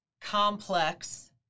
complex